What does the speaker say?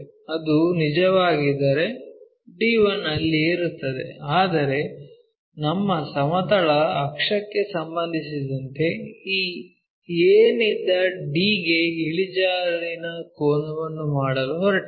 ಅದು ನಿಜವಾಗಿದ್ದರೆ d1 ಅಲ್ಲಿಯೇ ಇರುತ್ತದೆ ಆದರೆ ನಮ್ಮ ಸಮತಲ ಅಕ್ಷಕ್ಕೆ ಸಂಬಂಧಿಸಿದಂತೆ ಈ a ನಿಂದ d ಗೆ ಇಳಿಜಾರಿನ ಕೋನವನ್ನು ಮಾಡಲು ಹೊರಟಿದೆ